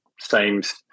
seems